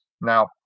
Now